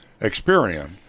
Experian